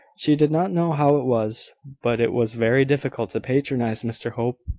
she did not know how it was, but it was very difficult to patronise mr hope.